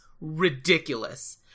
ridiculous